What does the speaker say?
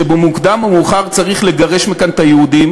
שבמוקדם או במאוחר צריך לגרש מכאן את היהודים